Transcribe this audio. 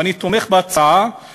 ואני תומך בהצעה,